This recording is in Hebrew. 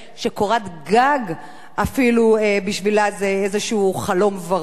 שקורת גג אפילו בשבילה זה איזשהו חלום ורוד.